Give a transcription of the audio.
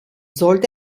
sollte